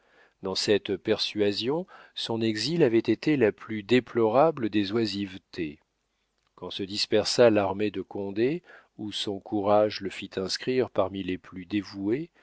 dans cette persuasion son exil avait été la plus déplorable des oisivetés quand se dispersa l'armée de condé où son courage le fit inscrire parmi les plus dévoués